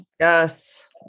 Yes